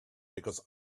because